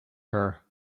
her